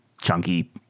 chunky